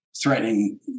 threatening